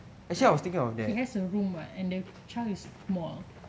he has a room what and the child is small